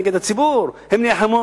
שלום, לא נכון.